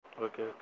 Okay